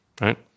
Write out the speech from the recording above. right